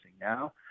now